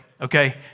Okay